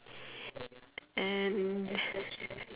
and